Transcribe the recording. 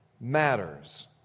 matters